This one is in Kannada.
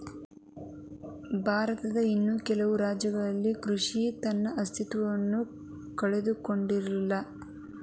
ಭಾರತದ ಇನ್ನೂ ಕೆಲವು ರಾಜ್ಯಗಳಲ್ಲಿ ಕೃಷಿಯ ತನ್ನ ಅಸ್ತಿತ್ವವನ್ನು ಕಂಡುಕೊಂಡಿಲ್ಲ